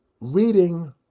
reading